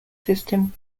system